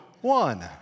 one